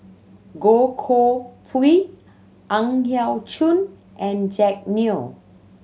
Goh Koh Pui Ang Yau Choon and Jack Neo